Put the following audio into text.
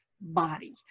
body